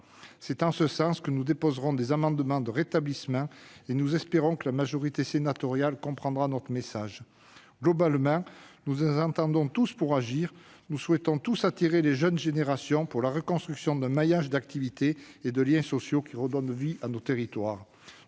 C'est en ce sens que nous déposerons des amendements de rétablissement, et nous espérons que la majorité sénatoriale comprendra notre message. Globalement, nous nous entendons tous pour agir : nous souhaitons tous attirer les jeunes générations autour de l'objectif consistant à reconstruire un maillage d'activités et de liens sociaux qui redonne vie à nos territoires.